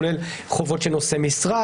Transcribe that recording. לנהל משא ומתן לגיבוש הסדר חוב,